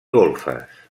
golfes